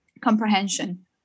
comprehension